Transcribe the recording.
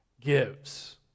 gives